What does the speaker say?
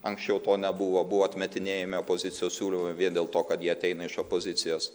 anksčiau to nebuvo buvo atmetinėjami opozicijos siūlymai vien dėl to kad jie ateina iš opozicijos